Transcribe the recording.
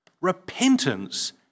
Repentance